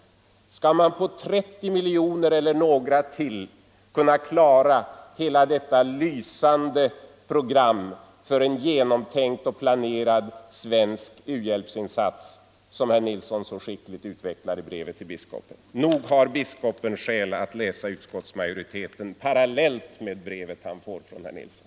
Skall man på 30 miljoner eller något mer kunna klara hela det lysande program för en genomtänkt och planerad svensk u-hjälpsinsats som herr Nilsson så skickligt utvecklar i brevet till biskopen? Nog har biskopen skäl att läsa utskottsmajoritetens skrivning parallellt med det brev han får från herr Nilsson.